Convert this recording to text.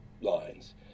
lines